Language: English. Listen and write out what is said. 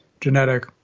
genetic